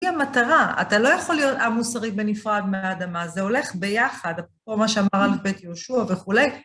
היא המטרה, אתה לא יכול להיות עם מוסרי בנפרד מהאדמה, זה הולך ביחד. אפרופו מה שאמר על בית יהושע וכולי.